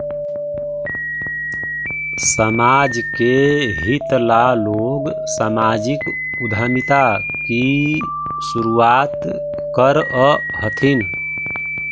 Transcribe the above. समाज के हित ला लोग सामाजिक उद्यमिता की शुरुआत करअ हथीन